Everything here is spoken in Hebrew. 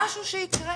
משהו שיקרה.